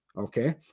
Okay